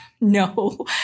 no